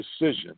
decision